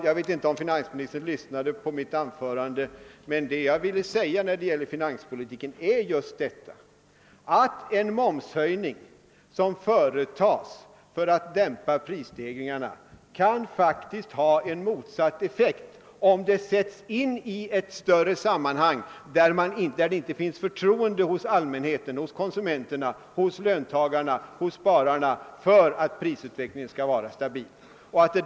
Jag vet inte om finansministern lyssnade till mitt anförande, men vad jag ville säga när det gäller finanspolitiken är att en momshöjning, som företas för att dämpa prisstegringarna, faktiskt kan ha en motsatt effekt om den sätts in i ett större sammanhang, där det inte finns förtroende hos allmänheten, hos konsumenterna, hos löntagarna, hos spararna för att prisutvecklingen skall kunna vara stabil.